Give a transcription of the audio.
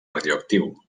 radioactiu